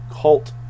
cult